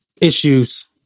issues